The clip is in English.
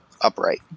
upright